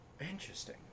Interesting